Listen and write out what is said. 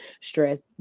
stress